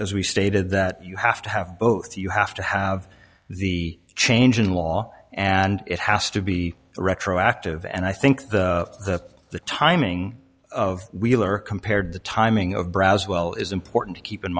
as we stated that you have to have both you have to have the change in law and it has to be retroactive and i think the the timing of wheeler compared the timing of browse well is important to keep in